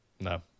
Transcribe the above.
No